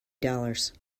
dollars